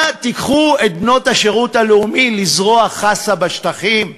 מה, תיקחו את בנות השרות הלאומי לזרוע חסה בשטחים?